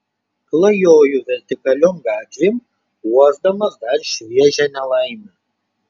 klajoju vertikaliom gatvėm uosdamas dar šviežią nelaimę